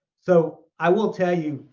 so i will tell you,